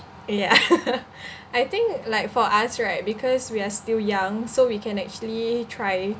ya I think like for us right because we are still young so we can actually try